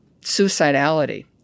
suicidality